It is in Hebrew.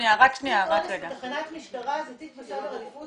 תיק אונס בתחנת משטרה זה תיק בסדר עדיפות